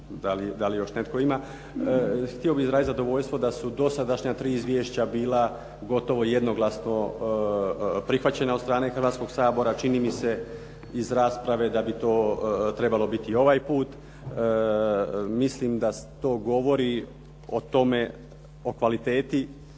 da li još netko ima. Htio bih izraziti zadovoljstvo da su dosadašnja tri izvješća bila gotovo jednoglasno prihvaćena od strane Hrvatskoga sabora. Čini mi se iz rasprave da bi to trebalo biti i ovaj put. Mislim da to govori o tome, o kvaliteti